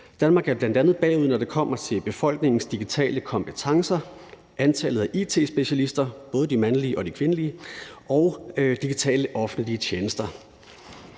Danmark er bl.a. bagud, når det kommer til befolkningens digitale kompetencer, antallet af it-specialister, både de mandlige og de kvindelige, og digitale offentlige tjenester.